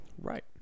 right